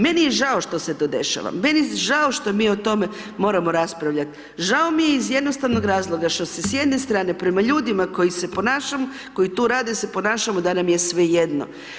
Meni je žao što se to dešava, meni je žao što mi o tome moramo raspravljat, žao mi je iz jednostavnog razloga što se s jedne strane prema ljudima koji se ponašamo, koji tu rade se ponašamo da nam je svejedno.